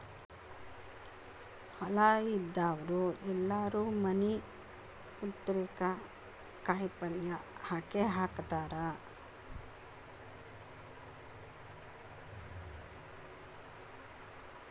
ಹೊಲಾ ಇದ್ದಾವ್ರು ಎಲ್ಲಾರೂ ಮನಿ ಪುರ್ತೇಕ ಕಾಯಪಲ್ಯ ಹಾಕೇಹಾಕತಾರ